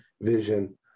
vision